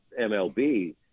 MLB